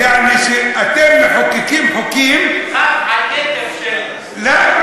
יעני, שאתם מחוקקים חוקים, אפר צף על,